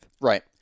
Right